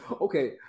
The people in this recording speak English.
okay